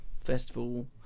festival